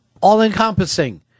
all-encompassing